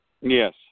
Yes